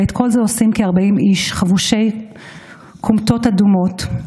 ואת כל זה עושים כ-40 איש חבושי כומתות לבנות.